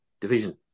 division